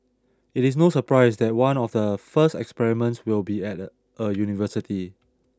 it is no surprise that one of the first experiments will be at a university